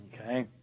Okay